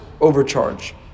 overcharge